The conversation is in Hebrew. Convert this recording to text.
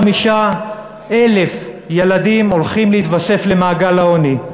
35,000 ילדים הולכים להתווסף למעגל העוני,